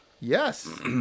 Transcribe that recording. Yes